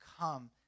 come